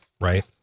Right